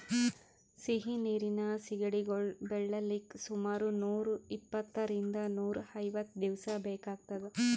ಸಿಹಿ ನೀರಿನ್ ಸಿಗಡಿಗೊಳ್ ಬೆಳಿಲಿಕ್ಕ್ ಸುಮಾರ್ ನೂರ್ ಇಪ್ಪಂತ್ತರಿಂದ್ ನೂರ್ ಐವತ್ತ್ ದಿವಸ್ ಬೇಕಾತದ್